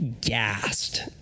gassed